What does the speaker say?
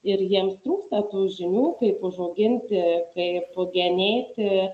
ir jiems trūksta žinių kaip užauginti kaip genėti